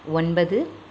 ஒன்பது